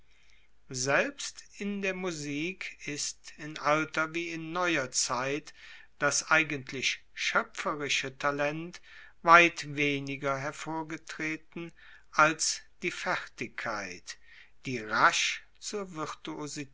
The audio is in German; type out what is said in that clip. selbst in der musik ist in alter wie in neuer zeit das eigentlich schoepferische talent weit weniger hervorgetreten als die fertigkeit die rasch zur